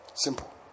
simple